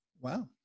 Wow